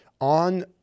on